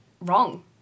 wrong